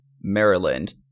Maryland